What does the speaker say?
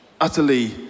utterly